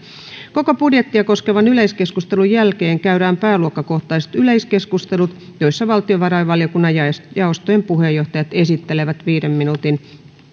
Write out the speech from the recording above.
koko budjettia koskevan yleiskeskustelun jälkeen käydään pääluokkakohtaiset yleiskeskustelut joissa valtiovarainvaliokunnan jaostojen puheenjohtajat esittelevät viiden minuutin